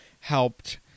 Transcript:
helped